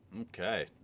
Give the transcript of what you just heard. Okay